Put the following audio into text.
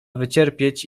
wycierpieć